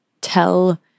tell